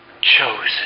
chosen